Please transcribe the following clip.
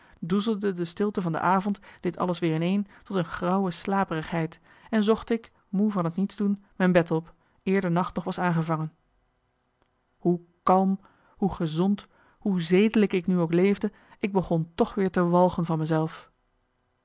doezelde de stilte van de avond dit alles weer ineen tot een grauwe slaperigheid en zocht ik moe van het niets doen mijn bed op eer de nacht nog was aangevangen hoe kalm hoe gezond hoe zedelijk ik nu ook leefde ik begon toch weer te walgen van